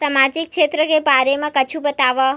सामजिक क्षेत्र के बारे मा कुछु बतावव?